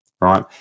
right